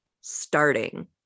starting